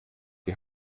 die